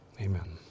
Amen